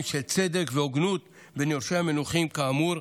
של צדק והוגנות בין יורשי המנוחים כאמור.